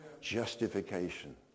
Justification